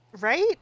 right